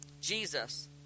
Jesus